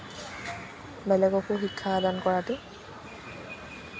বেলেগকো শিক্ষা আদান কৰাটো